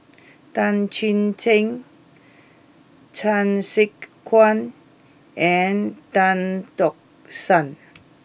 Tan Chuan Jin Chan Sek Keong and Tan Tock San